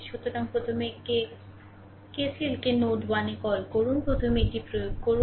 সুতরাং প্রথমে কে KCL কে নোড 1 এ কল করুন প্রথমে এটি প্রয়োগ করুন